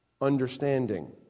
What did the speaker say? understanding